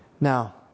Now